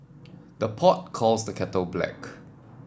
the pot calls the kettle black